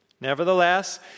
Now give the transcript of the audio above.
Nevertheless